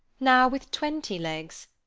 now with twenty legs,